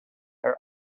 are